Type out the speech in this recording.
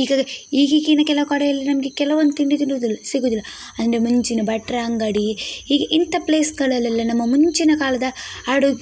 ಈಗ ಈಗೀಗಿನ ಕೆಲವು ಕಡೆಯಲ್ಲಿ ನಮಗೆ ಕೆಲವೊಂದು ತಿಂಡಿ ತಿನ್ನುದಿಲ್ಲ ಸಿಗೋದಿಲ್ಲ ಅಂದರೆ ಮುಂಚಿನ ಭಟ್ಟರ ಅಂಗಡಿ ಹೀಗೆ ಇಂತ ಪ್ಲೇಸ್ಗಳಲ್ಲೆಲ್ಲ ನಮ್ಮ ಮುಂಚಿನ ಕಾಲದ ಅಡು